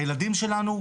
הילדים שלנו,